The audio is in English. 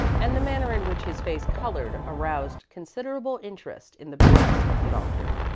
and the manner in which his face colored aroused considerable interest in the breast of the doctor,